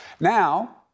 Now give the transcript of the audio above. Now